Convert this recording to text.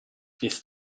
ist